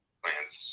plants